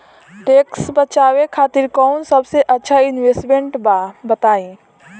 Tax बचावे खातिर कऊन सबसे अच्छा इन्वेस्टमेंट बा बताई?